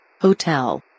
Hotel